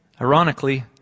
ironically